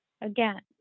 again